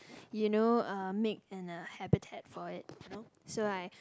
you know uh make an a habitat for it